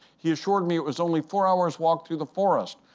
he assured me it was only four hours walk through the forest.